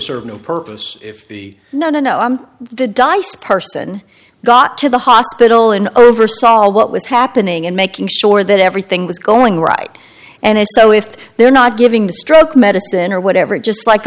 serve no purpose if the no no on the dice person got to the hospital and over saw what was happening and making sure that everything was going right and so if they're not giving the stroke medicine or whatever just like